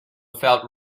felt